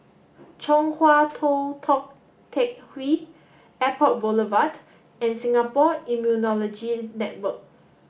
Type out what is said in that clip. Chong Hua Tong Tou Teck Hwee Airport Boulevard and Singapore Immunology Network